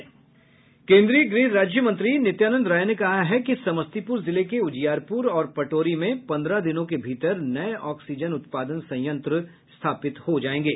केन्द्रीय गृह राज्य मंत्री नित्यानंद राय ने कहा है कि समस्तीपुर जिले के उजियारपुर और पटोरी में पन्द्रह दिनों के भीतर नये ऑक्सीजन उत्पान संयंत्र स्थापित हो जायेंगे